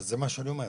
זה מה שאני אומר.